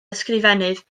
ysgrifennydd